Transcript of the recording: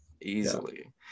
easily